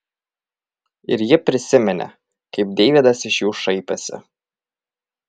ir ji prisiminė kaip deividas iš jų šaipėsi